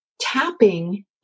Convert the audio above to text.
tapping